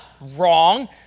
wrong